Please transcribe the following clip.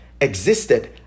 existed